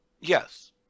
Yes